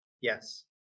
Yes